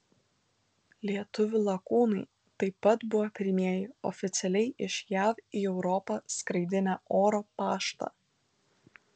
lietuvių lakūnai taip pat buvo pirmieji oficialiai iš jav į europą skraidinę oro paštą